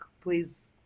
please